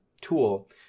tool